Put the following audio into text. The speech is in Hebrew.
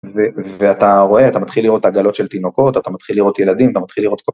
ואתה רואה, אתה מתחיל לראות את העגלות של תינוקות, אתה מתחיל לראות ילדים, אתה מתחיל לראות...